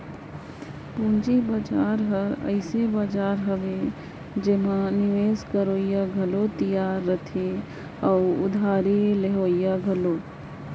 पंूजी बजार अइसे बजार हवे एम्हां निवेस करोइया घलो तियार रहथें अउ उधारी लेहोइया घलो